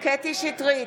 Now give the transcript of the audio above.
קטי קטרין שטרית,